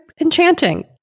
enchanting